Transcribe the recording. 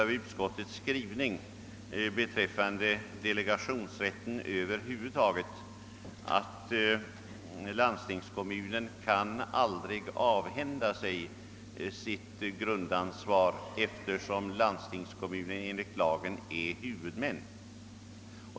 Av utskottets skrivning beträffande delegationsrätten över huvud taget framgår att landstingskommunen aldrig kan avhända sig sitt grundansvar, eftersom landstingskommunen enligt lagen är huvudman.